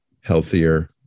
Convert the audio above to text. healthier